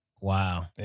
Wow